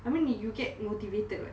I mean you get motivated [what]